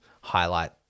highlight